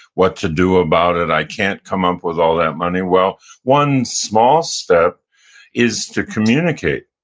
what to do about it, i can't come up with all that money. well, one small step is to communicate